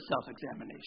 self-examination